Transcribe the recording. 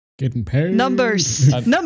numbers